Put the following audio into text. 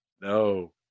no